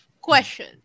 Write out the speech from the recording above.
Question